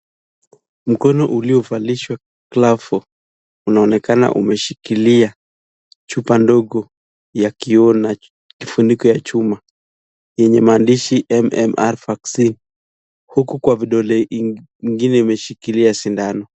Mkono uliyovalishwa glavu unaonekana umeshikilia chupa ndogo ya kioo na kifuniko ya chuma yenye maandishi MMR Vaccine huku kwa vidole vingine imeshikilia sindano.